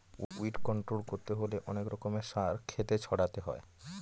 weed control করতে হলে অনেক রকমের সার ক্ষেতে ছড়াতে হয়